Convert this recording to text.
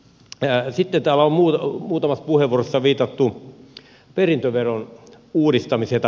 sitten täällä on muutamassa puheenvuorossa viitattu perintöveron poistamiseen